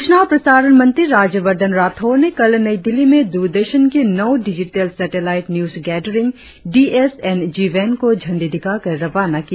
सूचना और प्रसारण मंत्री राज्यवर्धन राठौड़ ने कल नई दिल्ली में द्रदर्शन की नौ digital satellite news gathering D S N G van को झंडी दिखाकर रवाना किया